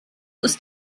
ist